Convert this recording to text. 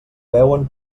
veuen